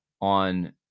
on